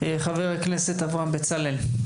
חבר הכנסת אברהם בצלאל.